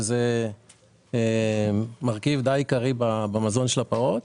שזה מרכיב די עיקרי במזון של הפרות.